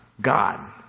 God